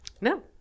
no